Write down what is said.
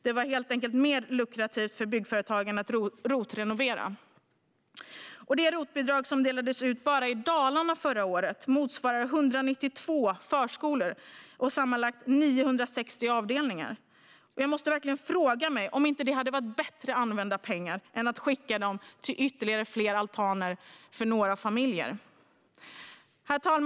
Det var helt enkelt mer lukrativt för byggföretagen att rotrenovera". Det ROT-bidrag som delades ut bara i Dalarna förra året motsvarar 192 förskolor med sammanlagt 960 avdelningar. Jag måste verkligen fråga mig om inte det hade varit ett bättre sätt att använda pengarna än att låta dem gå till ytterligare altaner för några familjer. Herr talman!